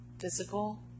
physical